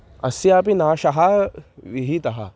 अस्यापि नाशः विहितः